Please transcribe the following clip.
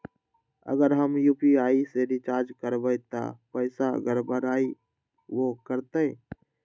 अगर हम यू.पी.आई से रिचार्ज करबै त पैसा गड़बड़ाई वो करतई?